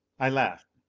i laughed.